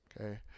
okay